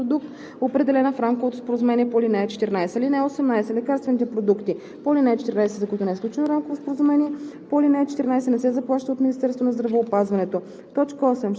по ал. 14 на стойности, по-високи от максималната стойност на съответния лекарствен продукт, определена в рамковото споразумение по ал. 14. (18) Лекарствените продукти по ал. 14, за които не е сключено рамково споразумение